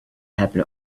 happen